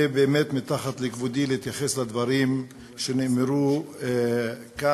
זה באמת מתחת לכבודי להתייחס לדברים שנאמרו כאן